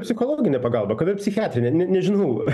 psichologinę pagalbą kad ir psichiatrinę ne nežinau